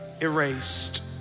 erased